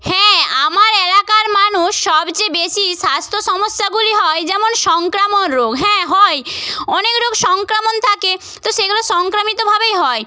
হ্যাঁ আমার এলাকার মানুষ সবচেয়ে বেশি স্বাস্থ্য সমস্যাগুলি হয় যেমন সংক্রামক রোগ হ্যাঁ হয় অনেক রোগ সংক্রামক থাকে তো সেগুলো সংক্রামিত ভাবেই হয়